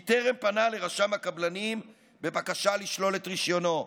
כי טרם פנה לרשם הקבלנים בבקשה לשלול את רישיונו.